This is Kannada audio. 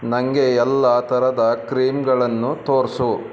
ನನಗೆ ಎಲ್ಲ ಥರದ ಕ್ರೀಮ್ಗಳನ್ನು ತೋರಿಸು